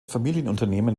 familienunternehmen